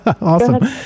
Awesome